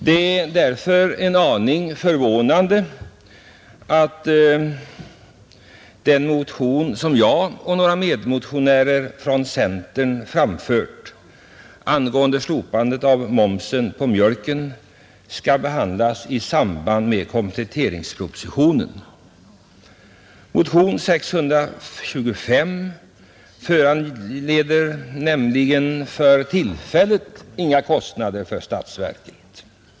Det är därför en aning förvånande att den motion som jag och några medmotionärer från centern har fört fram och som gäller slopande av momsen på mjölken skall behandlas i samband med kompletteringspropositionen. Motion nr 625 föranleder nämligen för tillfället inga kostnader för statsverket.